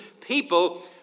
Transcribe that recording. people